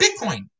Bitcoin